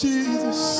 Jesus